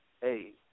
hey